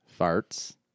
Farts